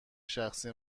شخصی